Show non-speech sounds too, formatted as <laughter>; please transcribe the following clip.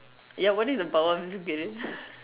ya what is the power I'm just curious <laughs>